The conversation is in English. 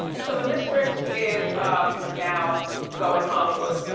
so the mistress is now going hollywood.